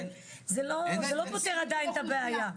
זה לא פותר עדיין את הבעיה.